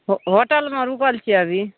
होटलमे रूकल छियै अभी